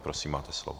Prosím, máte slovo.